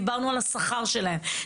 דיברנו על השכר שלהם,